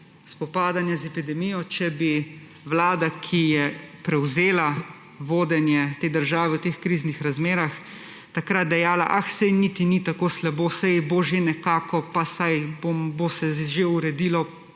spopadanja z epidemijo, če bi vlada, ki je prevzela vodenje te države v teh kriznih razmerah, takrat dejala: »Ah, saj niti ni tako slabo, saj bo že nekako, saj se bo že uredilo.«